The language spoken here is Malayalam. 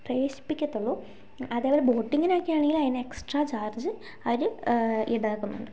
പ്രവേശിപ്പിക്കത്തുള്ളൂ അതേപോലെ ബോട്ടിങ്ങിനൊക്കെയാണെങ്കിൽ അതിന് എക്സ്ട്രാ ചാർജ് അവർ ഈടാക്കുന്നുണ്ട്